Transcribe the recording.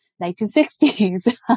1960s